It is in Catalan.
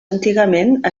antigament